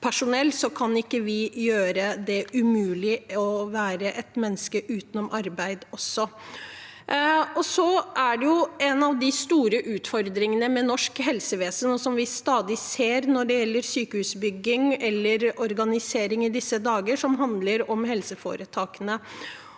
vi ikke gjøre det umulig å være et menneske også utenom arbeidstiden. En av de store utfordringene i norsk helsevesen, og som vi stadig ser når det gjelder sykehusbygging eller organisering i disse dager, handler om helseforetakene.